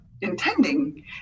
intending